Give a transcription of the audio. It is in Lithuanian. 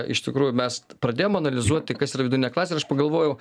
iš tikrųjų mes pradėjom analizuoti kas yra vidurinė klasė ir aš pagalvojau